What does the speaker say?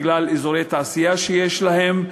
בגלל אזורי תעשייה שיש להן,